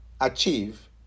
achieve